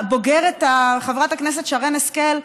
חברת הכנסת שרן השכל,